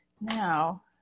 Now